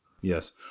Yes